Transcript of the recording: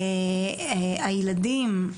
הילדים,